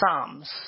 Psalms